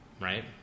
right